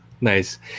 nice